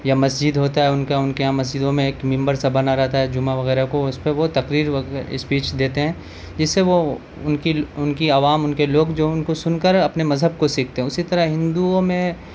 یا مسجد ہوتا ہے ان کا ان کے یہاں مسجدوں میں ایک ممبر سا بنا رہتا ہے جمعہ وغیرہ کو اس پہ وہ تقریر اسپیچ دیتے ہیں جس سے وہ ان کی ان کی عوام ان کے لوگ جو ان کو سن کر اپنے مذہب کو سیکھتے ہیں اسی طرح ہندوؤں میں